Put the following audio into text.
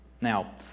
Now